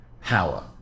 power